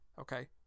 okay